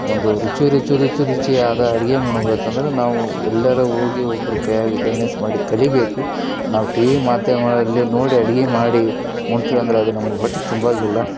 ಒಂದು ರುಚಿ ರುಚಿ ರುಚಿ ರುಚಿಯಾದ ಅಡುಗೆ ಉಣ್ಬೇಕಂದರೆ ನಾವು ಎಲ್ಯಾರೂ ಹೋಗಿ ಒಬ್ರ ಕೈಯಾಗೆ ಮಾಡಿ ಕಲಿಯಬೇಕು ನಾವು ಟಿವಿ ಮಾಧ್ಯಮಗಳಲ್ಲಿ ನೋಡಿ ಅಡ್ಗೆ ಮಾಡಿ ನೋಡ್ತೇವಂದ್ರೆ ಅದು ನಮಗೆ ಹೊಟ್ಟೆ ತುಂಬೋಗಿಲ್ಲ